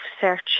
search